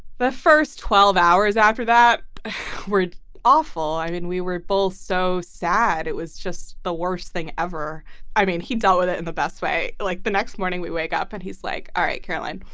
the first twelve hours after that were awful. i mean, we were both so sad. it was just the worst thing ever i mean, he dealt with it in the best way. like the next morning we wake up and he's like, all right, caroline,